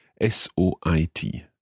S-O-I-T